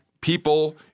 people